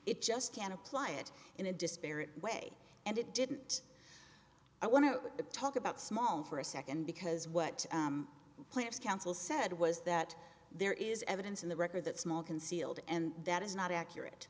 it just can't apply it in a disparate way and it didn't i want to talk about small for a second because what plants counsel said was that there is evidence in the record that small concealed and that is not accurate